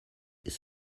his